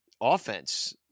offense